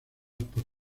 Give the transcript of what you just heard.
por